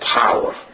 power